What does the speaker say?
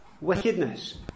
wickedness